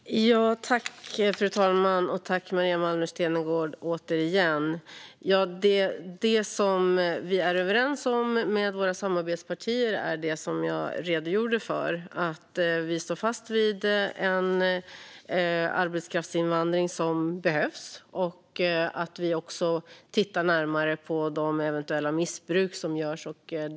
Fru talman! Tack återigen för frågan, Maria Malmer Stenergard! Det som vi är överens med våra samarbetspartier om är det som jag redogjorde för: Vi står fast vid en arbetskraftsinvandring som behövs, och vi tittar också närmare på det eventuella missbruk som finns.